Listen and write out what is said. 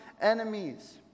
enemies